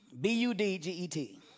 B-U-D-G-E-T